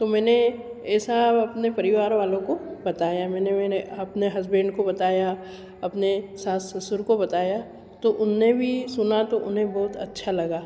तो मैंने ऐसा अपने परिवार वालों को बताया मैंने मेरे अपने हसबेन्ड को बताया अपने सास ससुर को बताया तो उन्होंने भी सुना तो उन्हें बहुत अच्छा लगा